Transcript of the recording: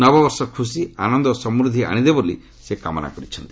ନବବର୍ଷ ଖୁସି ଆନନ୍ଦ ଓ ସମୃଦ୍ଧି ଆଣିଦେବ ବୋଲି ସେ କାମନା କରିଛନ୍ତି